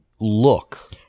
look